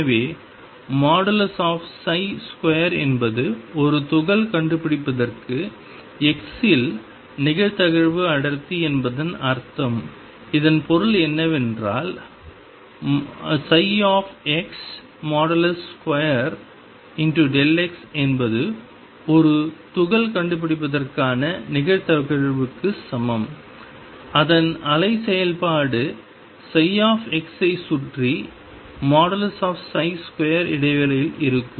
எனவே 2 என்பது ஒரு துகள் கண்டுபிடிப்பதற்கு x இல் நிகழ்தகவு அடர்த்தி என்பதன் அர்த்தம் இதன் பொருள் என்னவென்றால் ψ2x என்பது ஒரு துகள் கண்டுபிடிப்பதற்கான நிகழ்தகவுக்கு சமம் அதன் அலை செயல்பாடு ψ ஐ சுற்றி 2 இடைவெளியில் இருக்கும்